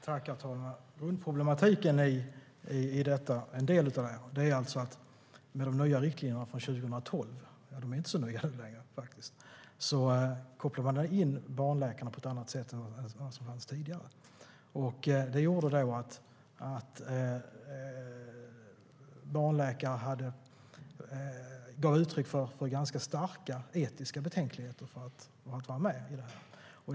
Herr talman! En del av grundproblematiken är att man med de nya riktlinjerna från 2012 - de är faktiskt inte så nya längre - kopplade in barnläkarna på ett annat sätt än tidigare. Det ledde till att barnläkare gav uttryck för ganska starka etiska betänkligheter om att vara med på det här.